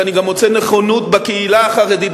ואני גם מוצא נכונות בקהילה החרדית,